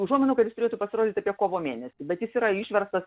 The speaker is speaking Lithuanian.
užuominų kad jis turėtų pasirodyt apie kovo mėnesį bet jis yra išverstas